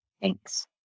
Thanks